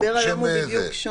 ההסדר היום הוא שונה.